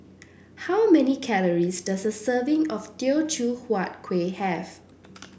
how many calories does a serving of Teochew Huat Kuih have